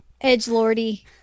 Edgelordy